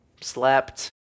slept